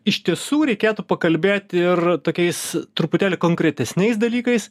iš tiesų reikėtų pakalbėti ir tokiais truputėlį konkretesniais dalykais